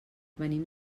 venim